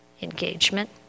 engagement